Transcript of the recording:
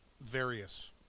various